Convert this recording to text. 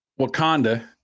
Wakanda